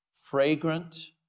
fragrant